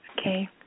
Okay